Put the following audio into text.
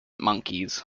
monkeys